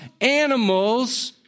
animals